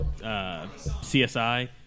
CSI